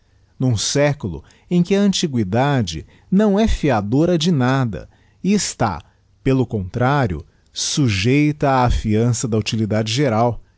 n'um século em que a antiguidade não é fiadora de nada eestá pelo contrario bujeita á fiança da utilidade geral